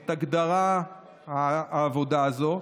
את הגדרת העבודה הזו,